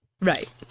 Right